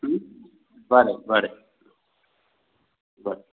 बरें बरें बरें